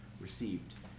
received